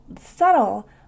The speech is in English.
subtle